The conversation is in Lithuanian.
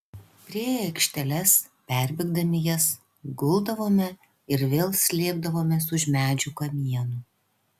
priėję aikšteles perbėgdami jas guldavome ir vėl slėpdavomės už medžių kamienų